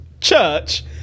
church